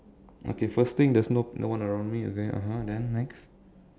okay first thing there's no no one around me and then (uh huh) then next